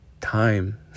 time